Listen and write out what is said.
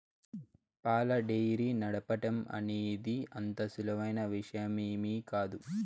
పాల డెయిరీ నడపటం అనేది అంత సులువైన విషయమేమీ కాదు